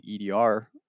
EDR